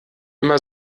immer